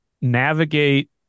navigate